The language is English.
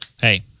hey